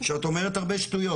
שאת אומרת הרבה שטויות.